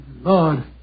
Lord